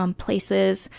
um places,